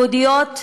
יהודיות וערביות.